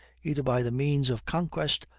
either by the means of conquest,